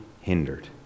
hindered